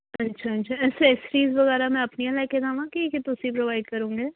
ਅੱਛਾ ਅੱਛਾ ਅਸੈਸਰੀਜ਼ ਵਗੈਰਾ ਮੈਂ ਆਪਣੀਆਂ ਲੈ ਕੇ ਜਾਵਾਂ ਕਿ ਤੁਸੀਂ ਪ੍ਰੋਵਾਈਡ ਕਰੋਂਗੇ